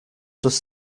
does